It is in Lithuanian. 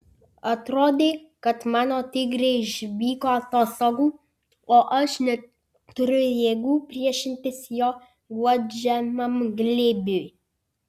atrodė kad mano tigrė išvyko atostogų o aš neturiu jėgų priešintis jo guodžiamam glėbiui